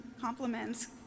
compliments